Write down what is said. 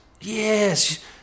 Yes